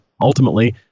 ultimately